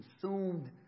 consumed